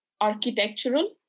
architectural